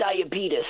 diabetes